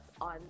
on